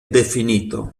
definito